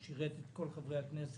הוא שירת את כל חברי הכנסת